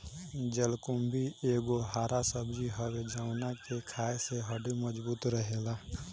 जलकुम्भी एगो हरा सब्जी हवे जवना के खाए से हड्डी मबजूत रहेला